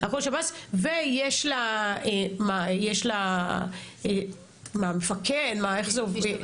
הכול שב”ס ויש לה, מה, מפקד, מה, איך זה עובד?